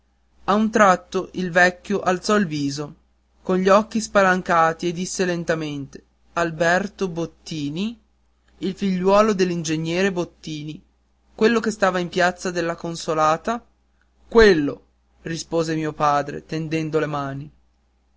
a un tratto il vecchio alzò il viso con gli occhi spalancati e disse lentamente alberto bottini il figliuolo dell'ingegnere bottini quello che stava in piazza della consolata quello rispose mio padre tendendo le mani